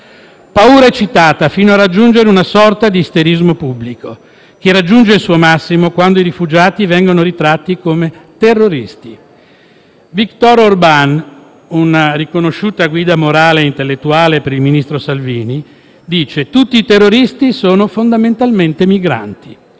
Paura eccitata fino a raggiungere una sorta di isterismo pubblico, che raggiunge il suo massimo quando i rifugiati vengono ritratti come terroristi. Viktor Orban, una riconosciuta guida morale e intellettuale per il ministro Salvini, dice che tutti i terroristi sono fondamentalmente migranti.